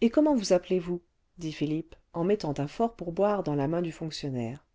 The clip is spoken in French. et comment vous appelez-vous dit philippe en mettant un fort pourboire clans la main du fonctionnaire